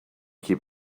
keep